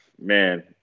Man